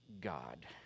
God